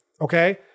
okay